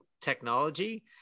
technology